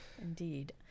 Indeed